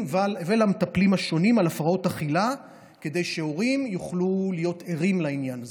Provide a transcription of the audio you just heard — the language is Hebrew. ולמטפלים השונים כדי שהורים יוכלו להיות ערים לעניין הזה.